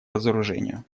разоружению